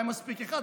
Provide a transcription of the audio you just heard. היה מספיק אחד,